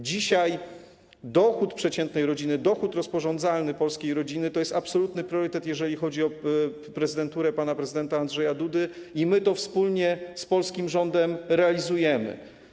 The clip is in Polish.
Dzisiaj dochód przeciętnej rodziny, dochód rozporządzalny polskiej rodziny to jest absolutny priorytet, jeżeli chodzi o prezydenturę pana prezydenta Andrzeja Dudy, i my to wspólnie z polskim rządem realizujemy.